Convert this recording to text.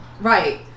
Right